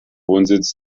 wohnsitz